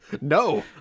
No